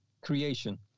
creation